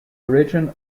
origin